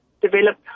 develop